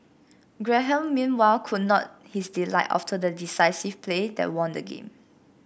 Graham meanwhile could not his delight after the decisive play that won the game